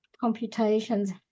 computations